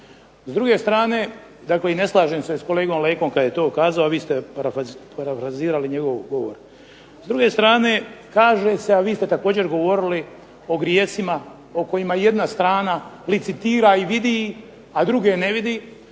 S druge strane, dakle i ne slažem se s kolegom Lekom kad je to kazao, a vi ste parafrazirali njegov govor. S druge strane kaže se, a vi ste također govorili o grijesima o kojima jedna strana licitira i vidi ih, a druge ne vidi.